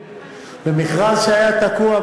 אתה זוכר איך זה התחיל?